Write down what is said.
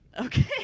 Okay